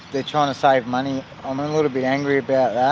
they're trying to save money. um i'm a little bit angry about that.